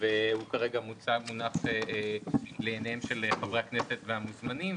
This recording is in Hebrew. והוא כרגע מונח לעיני חברי הכנסת והמוזמנים.